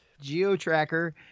Geo-tracker